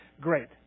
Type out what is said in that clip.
great